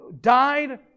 died